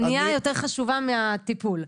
מניעה יותר חשובה מהטיפול.